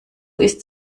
ist